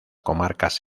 comarcas